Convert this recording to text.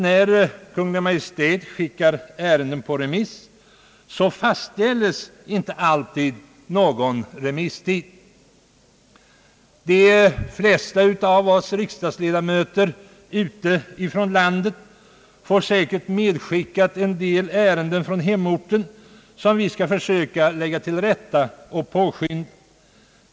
När Kungl. Maj:t skickar ärenden på remiss, så fastställs inte alltid någon remisstid. De flesta av oss riksdagsledamöter ute ifrån landet får sig säkert medskickade en del ärenden från hemorten vilka vi skall försöka lägga till rätta och påskynda.